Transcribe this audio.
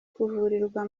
kuvurirwa